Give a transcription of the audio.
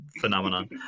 phenomenon